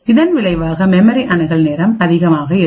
இதன் விளைவாக மெமரி அணுகல் நேரம்அதிகமாக இருக்கும்